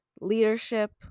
leadership